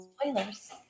spoilers